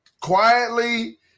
quietly